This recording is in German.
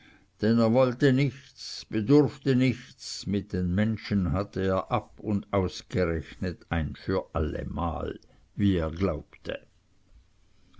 denn er wollte nichts bedurfte nichts mit den menschen hatte er ab und ausgerechnet ein für allemal wie er glaubte